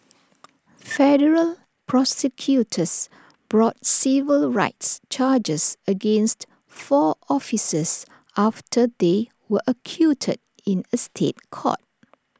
federal prosecutors brought civil rights charges against four officers after they were acquitted in A State Court